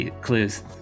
clues